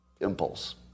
impulse